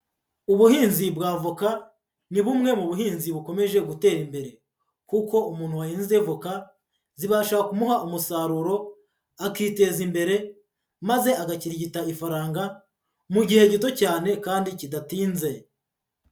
Ubuhinzi bw'avoka ni bumwe mu buhinzi bukomeje gutera imbere, kuko umuntu wahinze voka zibasha kumuha umusaruro akiteza imbere maze agakirigita ifaranga mu gihe gito cyane kandi kidatinze.